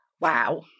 Wow